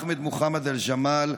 אחמד מחמד אל-ג'אמל,